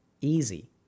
Easy